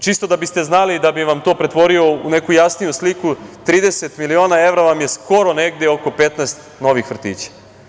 Čisto da biste znali, da bih vam to pretvorio u neku jasniju sliku, 30 miliona evra vam je skoro negde oko 15 novih vrtića.